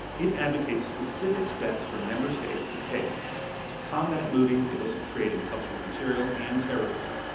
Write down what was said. it advocates specific steps for member states to take to combat looting, the illicit trade in cultural material, and terrorism.